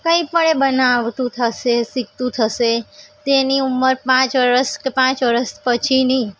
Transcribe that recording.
કંઈ પણ એ બનાવતું થશે શીખતું થશે તેની ઉંમર પાંચ વર્ષ કે પાંચ વર્ષ પછીની